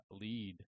lead